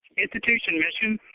institution mission.